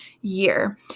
year